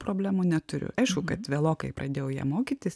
problemų neturiu aišku kad vėlokai pradėjau ją mokytis